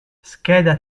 scheda